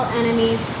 enemies